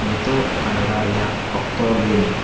ᱱᱤᱛᱚᱜ ᱠᱟᱱᱟᱰᱟ ᱨᱮᱭᱟᱜ ᱚᱠᱛᱚ ᱞᱟᱹᱭᱢᱮ